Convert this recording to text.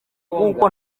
kuko